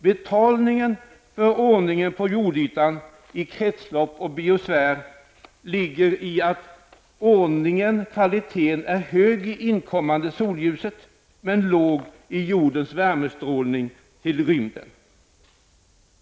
Betalningen för ordningen på jordytan, i kretslopp och i biosfär, ligger i att ordningen och kvaliteten är hög i inkommande solljus, men låg i jordens värmeutstrålning till rymden.